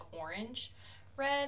orange-red